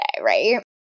Right